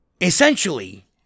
Essentially